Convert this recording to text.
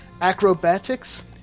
Acrobatics